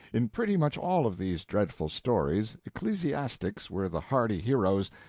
in pretty much all of these dreadful stories, ecclesiastics were the hardy heroes,